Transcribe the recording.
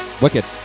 wicked